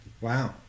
Wow